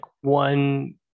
one